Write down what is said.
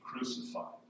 crucified